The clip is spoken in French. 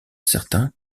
certains